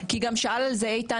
כי גם שאל על זה איתן.